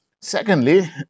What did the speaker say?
Secondly